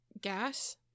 gas